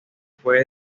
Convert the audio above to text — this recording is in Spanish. fue